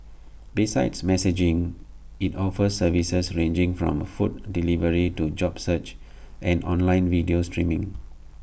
besides messaging IT offers services ranging from food delivery to job searches and online video streaming